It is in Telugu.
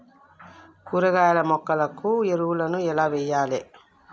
కూరగాయ మొక్కలకు ఎరువులను ఎలా వెయ్యాలే?